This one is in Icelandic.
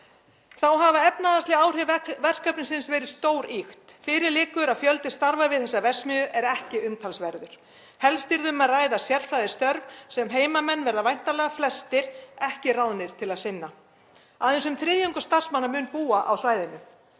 Þá hafa efnahagsleg áhrif verkefnisins verið stórýkt. Fyrir liggur að fjöldi starfa við þessa verksmiðju er ekki umtalsverður. Helst yrði um að ræða sérfræðistörf sem heimamenn verða væntanlega flestir ekki ráðnir til að sinna. Aðeins um þriðjungur starfsmanna mun búa á svæðinu.